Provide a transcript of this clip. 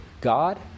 God